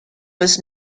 was